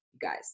guys